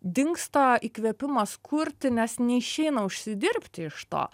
dingsta įkvėpimas kurti nes neišeina užsidirbti iš to